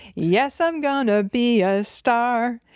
yes, i'm gonna be a star.